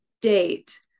date